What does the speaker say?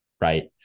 Right